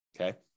Okay